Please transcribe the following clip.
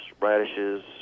radishes